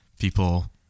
people